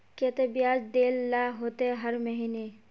केते बियाज देल ला होते हर महीने?